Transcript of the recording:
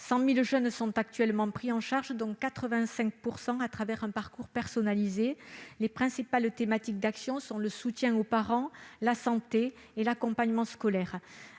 mille jeunes sont actuellement ainsi pris en charge, dont 85 % bénéficient d'un parcours personnalisé. Les principales thématiques d'action sont le soutien aux parents, la santé et l'accompagnement scolaire.